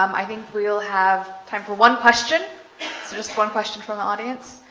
um i think we'll have time for one question so just one question from the audience.